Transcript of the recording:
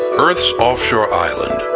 earth's offshore island,